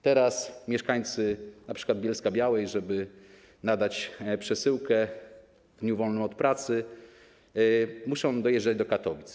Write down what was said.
Teraz mieszkańcy np. Bielska-Białej, żeby nadać przesyłkę w dniu wolnym od pracy, muszą dojeżdżać do Katowic.